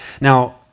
Now